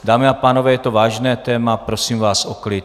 Dámy a pánové, je to vážné téma, prosím vás o klid.